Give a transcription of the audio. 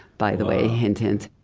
by the way, hint hint,